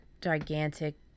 gigantic